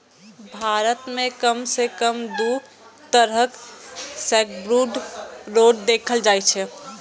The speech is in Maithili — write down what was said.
भारत मे कम सं कम दू तरहक सैकब्रूड रोग देखल जाइ छै